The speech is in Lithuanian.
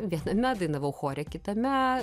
viename dainavau chore kitame